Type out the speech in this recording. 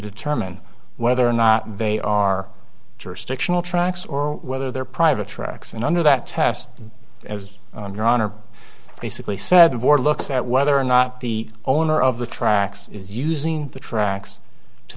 determine whether or not they are jurisdictional tracks or whether they're private tracks and under that test as your honor basically said war looks at whether or not the owner of the tracks is using the tracks to